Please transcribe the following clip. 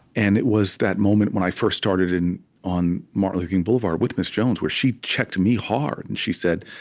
and it was that moment when i first started on martin luther king boulevard, with miss jones, where she checked me, hard, and she said,